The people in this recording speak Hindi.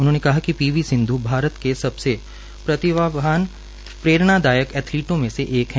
उन्होंने कहा कि पी वी सिंधू भारत के सबसे प्रतिभावान व प्ररेणादायक एथलिटों में एक है